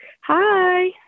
hi